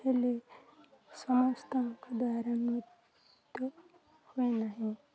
ହେଲେ ସମସ୍ତଙ୍କ ଦ୍ୱାରା ନୃତ୍ୟ ହୁଏ ନାହିଁ